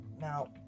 Now